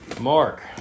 Mark